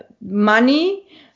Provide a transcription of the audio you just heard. money